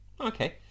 Okay